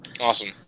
Awesome